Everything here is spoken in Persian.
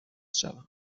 شوم